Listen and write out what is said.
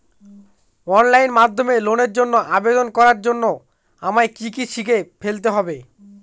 Online মাধ্যমে লোনের জন্য আবেদন করার জন্য আমায় কি কি শিখে ফেলতে হবে?